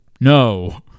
no